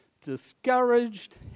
discouraged